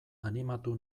animatu